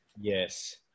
Yes